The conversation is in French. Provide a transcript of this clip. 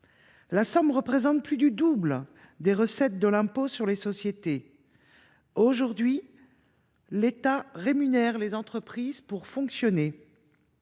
La somme représente plus du double des recettes de l’impôt sur les sociétés. Aujourd’hui, l’État rémunère les entreprises pour leur fonctionnement.